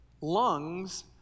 Lungs